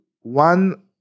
one